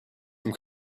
from